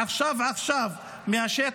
עכשיו עכשיו מהשטח,